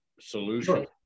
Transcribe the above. solution